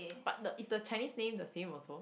but the is the Chinese name the same also